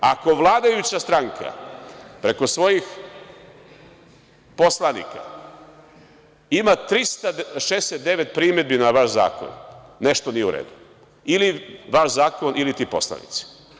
Ako vladajuća stranka preko svojih poslanika ima 369 primedbi na vaš zakon, nešto nije u redu ili vaš zakon ili ti poslanici.